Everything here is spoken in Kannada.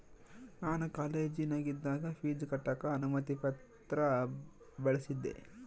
ನಾನು ಕಾಲೇಜಿನಗಿದ್ದಾಗ ಪೀಜ್ ಕಟ್ಟಕ ಅನುಮತಿ ಪತ್ರ ಬಳಿಸಿದ್ದೆ